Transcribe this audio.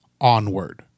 Onward